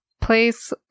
place